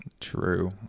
true